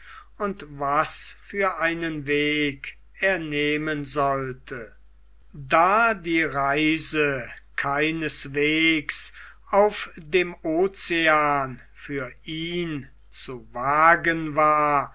und was für einen weg er nehmen sollte da die reise keineswegs auf dem ocean für ihn zu wagen war